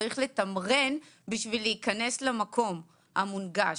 צריך לתמרן בשביל להיכנס למקום המונגש.